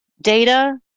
data